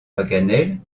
paganel